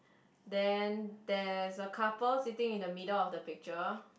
then there is a couple sitting in the middle of the picture